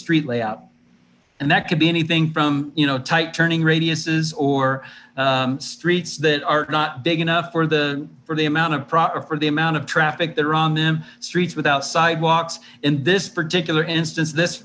street layout and that could be anything from you know tight turning radius is or streets that are not big enough for the for the amount of product for the amount of traffic that run the streets without sidewalks in this particular instance this